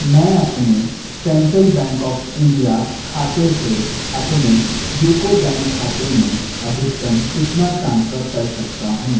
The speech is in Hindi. मैं अपने सेंट्रल बैंक ऑफ़ इंडिया खाते से अपने यूको बैंक खाते में अधिकतम कितना ट्रांसफ़र कर सकता हूँ